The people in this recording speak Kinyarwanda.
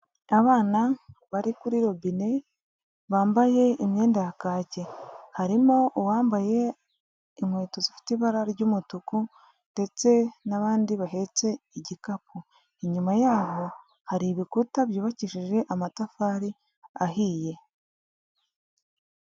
Abana bari kuri robine, bambaye imyenda ya kacye, harimo uwambaye inkweto zifite ibara ry'umutuku ndetse n'abandi bahetse igikapu, inyuma yabo hari ibikuta byubakishije amatafari ahiye.